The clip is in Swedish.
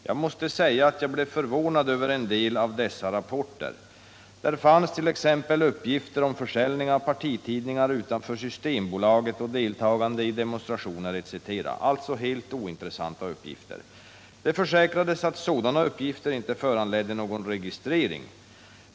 Jag måste säga att jag blev förvånad över en del av dessa rapporter. Där fanns till exempel uppgifter om försäljning av partitidningar utanför Systembolaget och deltagande i demonstrationer etc. Alltså helt ointressanta uppgifter. Det försäkrades att sådana uppgifter inte föranledde någon registrering.